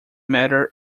matter